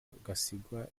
gasigwa